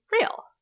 real